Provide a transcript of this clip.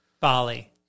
Bali